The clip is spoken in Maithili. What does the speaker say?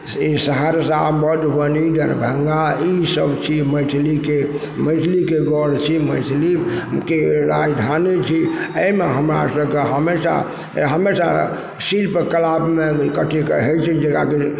से सहरसा मधुबनी दरभंगा ईसब छी मैथिलीके मैथिलीके गढ़ छी मैथिलीके राजधानी छी अइमे हमरा सबके हमेशा हमेशा शिल्पकलामे कत्तेके होइ छै जकरा कि